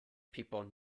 people